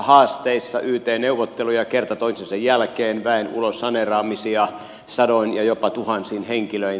yt neuvotteluja kerta toisensa jälkeen väen ulossaneeraamisia sadoin ja jopa tuhansin henkilöin